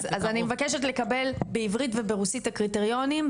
אז אני מבקשת לקבל בעברית וברוסית את הקריטריונים,